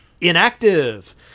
inactive